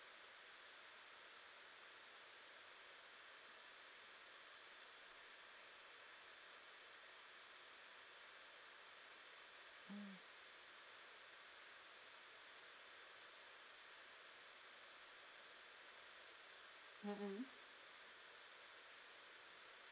mm mm mm